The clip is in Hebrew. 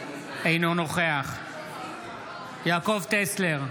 אינו נוכח יעקב טסלר,